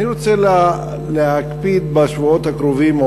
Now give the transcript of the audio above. אני רוצה להקפיד בשבועות הקרובים,